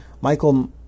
Michael